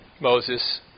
Moses